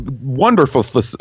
wonderful